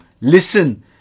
listen